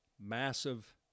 massive